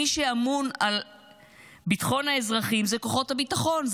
מי שאמון על ביטחון האזרחים הוא כוחות הביטחון,